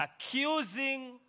accusing